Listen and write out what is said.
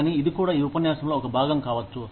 కానీ ఇది కూడా ఈ ఉపన్యాసంలో ఒక భాగం కావచ్చు